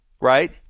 right